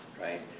right